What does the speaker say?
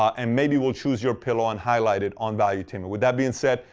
um and maybe we'll choose your pillow and highlight it on valuetainment. with that being said,